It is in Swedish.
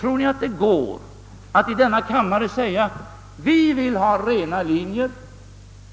Tror ni att det går att i kammaren säga att ni vill ha rena linjer